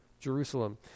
Jerusalem